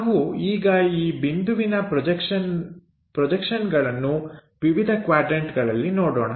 ನಾವು ಈಗ ಈ ಬಿಂದುವಿನ ಪ್ರೊಜೆಕ್ಷನ್ಗಳನ್ನು ವಿವಿಧ ಕ್ವಾಡ್ರನ್ಟಗಳಲ್ಲಿ ನೋಡೋಣ